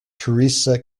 teresa